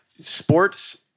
Sports